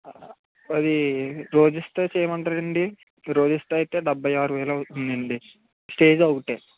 అవి రోజెస్తో చెమంటార ఆండీ రోజెస్తో అయితే డెబ్బై ఆరు వేలు అవుతుందండి స్టేజ్ ఒకటే